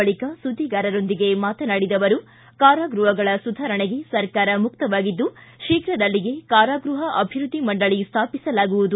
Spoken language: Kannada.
ಬಳಿಕ ಸುದ್ದಿಗಾರರರೊಂದಿಗೆ ಮಾತನಾಡಿದ ಅವರು ಕಾರಾಗೃಹಗಳ ಸುಧಾರಣೆಗೆ ಸರ್ಕಾರ ಮುಕ್ತವಾಗಿದ್ದು ಶೀಘದಲ್ಲಿಯೇ ಕಾರಾಗೃಹ ಅಭಿವೃದ್ಧಿ ಮಂಡಳಿ ಸ್ಥಾಪಸಲಾಗುವುದು